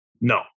No